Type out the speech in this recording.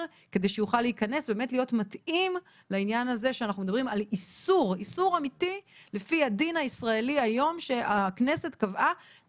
שיתאים לאיסור האמיתי לפי הדין הישראלי היום שהכנסת קבעה,